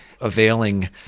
availing